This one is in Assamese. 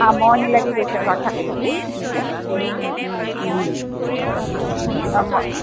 আমনি লাগি গৈছে ঘৰত থাকি থাকি এনেকৈ